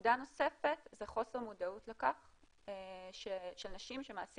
נקודה נוספת זה חוסר מודעות לכך של נשים שהמעשים